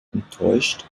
enttäuscht